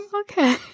Okay